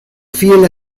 fiel